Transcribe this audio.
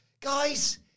Guys